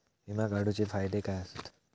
विमा काढूचे फायदे काय आसत?